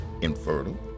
infertile